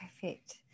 perfect